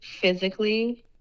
physically